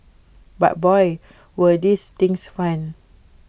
but boy were these things fun